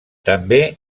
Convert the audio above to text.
també